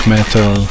Metal